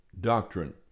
doctrine